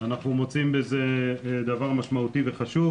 אנחנו מוצאים בזה דבר משמעותי וחשוב.